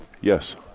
Yes